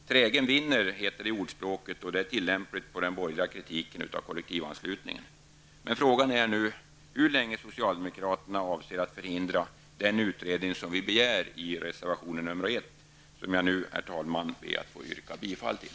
Trägen vinner, heter det i ordspråket, och det är tillämpligt på den borgerliga kritiken av kollektivanslutningen. Frågan är nu hur länge socialdemokraterna avser att förhindra den utredning vi begär i reservation nr 1 och som jag nu, herr talman, ber att få yrka bifall till.